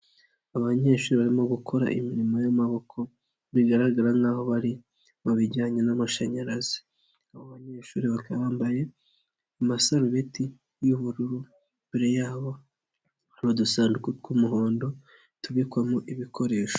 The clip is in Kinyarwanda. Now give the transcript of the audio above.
Abanyeshuri barimo gukora imirimo y'amaboko, bigaragara nkaho bari mu bijyanye n'amashanyarazi, abo banyeshuri bakaba bambaye amasarubeti y'ubururu, imbere yabo hari udusanduku tw'umuhondo tubikwamo ibikoresho.